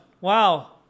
Wow